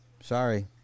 Sorry